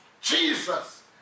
Jesus